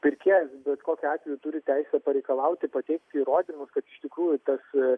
pirkėjas bet kokiu atveju turi teisę pareikalauti pateikti įrodymus kad iš tikrųjų tas